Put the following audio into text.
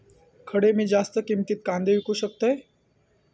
खडे मी जास्त किमतीत कांदे विकू शकतय?